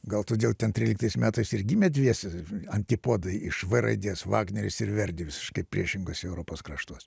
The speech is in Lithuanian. gal todėl ten tryliktais metais ir gimė dviese antipodai iš v raidės vagneris ir verdi visiškai priešingose europos kraštuos